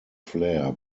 flair